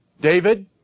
David